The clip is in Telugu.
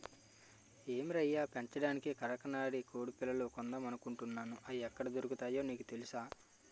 ఏం రయ్యా పెంచడానికి కరకనాడి కొడిపిల్లలు కొందామనుకుంటున్నాను, అయి ఎక్కడ దొరుకుతాయో నీకు తెలుసా?